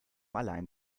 allein